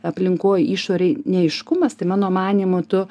aplinkoj išorėj neaiškumas tai mano manymu tu